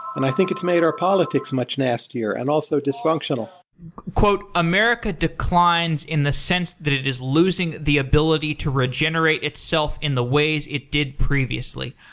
and i think it's made our politics much nastier, and also dysfunctional america declines in the sense that it is losing the ability to regenerate itself in the ways it did previously.